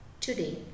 today